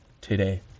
today